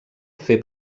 fer